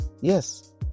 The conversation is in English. Yes